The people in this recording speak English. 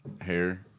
hair